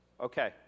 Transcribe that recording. Okay